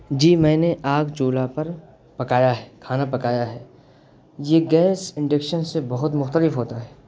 جی میں نے آگ چولھا پر پکایا ہے کھانا پکایا ہے یہ گیس انڈکشن سے بہت مختلف ہوتا ہے